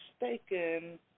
mistaken